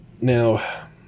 Now